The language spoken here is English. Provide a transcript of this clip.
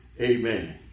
Amen